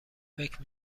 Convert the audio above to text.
فکر